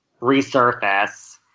resurface